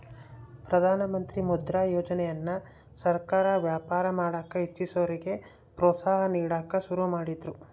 ಪ್ರಧಾನಮಂತ್ರಿ ಮುದ್ರಾ ಯೋಜನೆಯನ್ನ ಸರ್ಕಾರ ವ್ಯಾಪಾರ ಮಾಡಕ ಇಚ್ಚಿಸೋರಿಗೆ ಪ್ರೋತ್ಸಾಹ ನೀಡಕ ಶುರು ಮಾಡಿದ್ರು